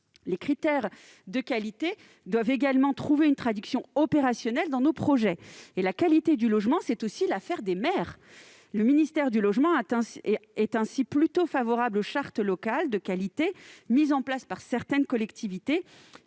Les critères de qualité doivent également trouver une traduction opérationnelle dans nos projets. La qualité du logement, c'est aussi l'affaire des maires. Le ministère du logement est ainsi plutôt favorable aux chartes locales de qualité mises en oeuvre par certaines collectivités,